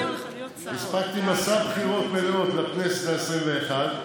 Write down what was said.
הספקתי מסע בחירות מלא לכנסת העשרים-ואחת,